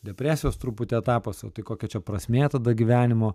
depresijos truputį etapas o tai kokia čia prasmė tada gyvenimo